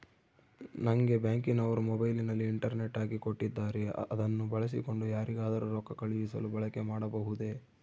ನಂಗೆ ಬ್ಯಾಂಕಿನವರು ಮೊಬೈಲಿನಲ್ಲಿ ಇಂಟರ್ನೆಟ್ ಹಾಕಿ ಕೊಟ್ಟಿದ್ದಾರೆ ಅದನ್ನು ಬಳಸಿಕೊಂಡು ಯಾರಿಗಾದರೂ ರೊಕ್ಕ ಕಳುಹಿಸಲು ಬಳಕೆ ಮಾಡಬಹುದೇ?